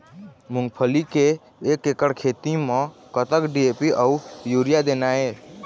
मूंगफली के एक एकड़ खेती म कतक डी.ए.पी अउ यूरिया देना ये?